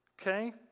Okay